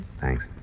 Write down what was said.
Thanks